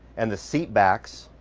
and the seat backs